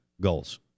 goals